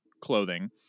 clothing